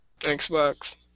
Xbox